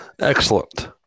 Excellent